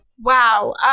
wow